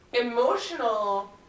emotional